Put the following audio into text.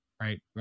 right